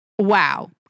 Wow